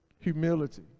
Humility